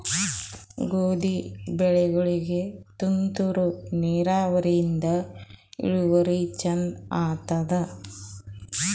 ಗೋಧಿ ಬೆಳಿಗೋಳಿಗಿ ತುಂತೂರು ನಿರಾವರಿಯಿಂದ ಇಳುವರಿ ಚಂದ ಆತ್ತಾದ?